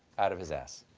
out of his ass.